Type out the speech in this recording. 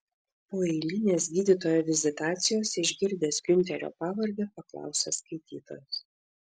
po eilinės gydytojo vizitacijos išgirdęs giunterio pavardę paklausė skaitytojas